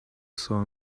saw